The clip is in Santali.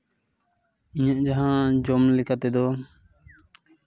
ᱤᱧᱟᱹᱜ ᱡᱟᱦᱟᱸ ᱡᱚᱢ ᱞᱮᱠᱟ ᱛᱮᱫᱚ